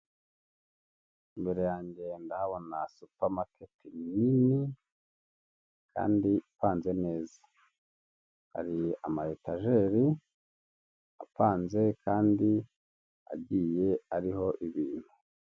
Imbere yanjyege ndabona na supamaketi nini kandi ipanze neza, hari amayetajeri apanze kandi agiye ariho ibintu.